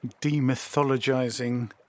demythologizing